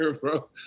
bro